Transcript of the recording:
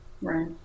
Right